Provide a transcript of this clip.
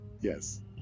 Yes